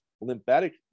lymphatic